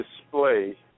display